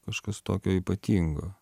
kažkas tokio ypatingo